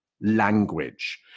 language